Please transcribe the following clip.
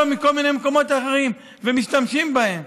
או מכל מיני מקומות אחרים ומשתמשים בהם.